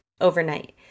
overnight